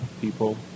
people